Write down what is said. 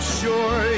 sure